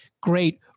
great